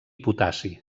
potassi